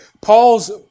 Paul's